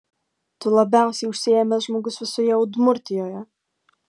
tai labiausiai užsiėmęs žmogus visoje udmurtijoje